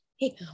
Hey